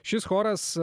šis choras